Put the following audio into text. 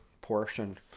portion